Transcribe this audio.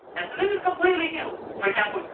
and so this is completely new. for example,